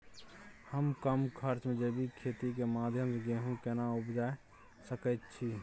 हम कम खर्च में जैविक खेती के माध्यम से गेहूं केना उपजा सकेत छी?